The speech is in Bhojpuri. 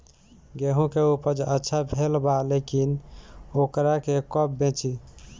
गेहूं के उपज अच्छा भेल बा लेकिन वोकरा के कब बेची?